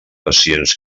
pacients